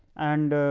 and